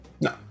No